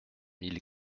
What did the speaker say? mille